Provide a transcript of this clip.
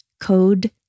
code